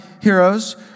heroes